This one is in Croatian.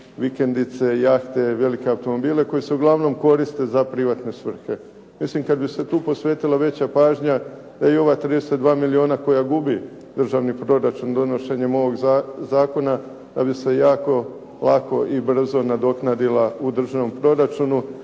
vikendice, jahte, velike automobile koji se uglavnom koriste za privatne svrhe. Mislim kad bi se tu posvetila veća pažnja da i ova 32 milijuna koja gubi državni proračun donošenjem ovog zakona da bi se jako lako i brzo nadoknadila u državnom proračunu.